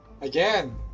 again